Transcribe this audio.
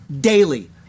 daily